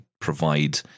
provide